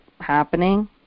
happening